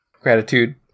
Gratitude